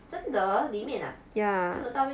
真的里面 ah 看得到 meh